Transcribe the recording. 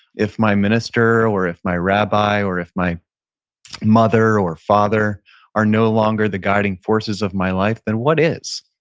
if my minister, or if my rabbi, or if my mother or father are no longer the guiding forces of my life, then what is?